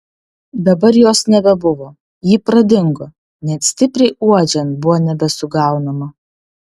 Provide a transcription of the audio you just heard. dabar jos nebebuvo ji pradingo net stipriai uodžiant buvo nebesugaunama